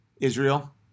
Israel